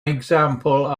example